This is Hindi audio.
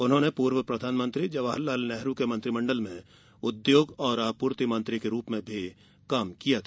उन्होंने पूर्व प्रधानमंत्री जवाहरलाल नेहरू के मंत्रिमण्डल में उद्योग और आपूर्ति मंत्री के रूप में भी काम किया था